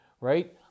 Right